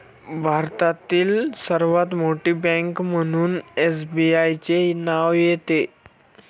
भारतातील सर्वात मोठी बँक म्हणून एसबीआयचे नाव येते